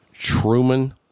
Truman